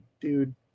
dude